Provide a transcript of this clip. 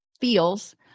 feels